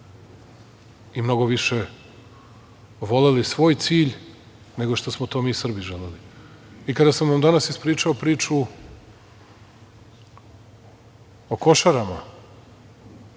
i mnogo više voleli svoj cilj, nego što smo to mi Srbi želeli. Kada sam vam danas ispričao pričao o Košarama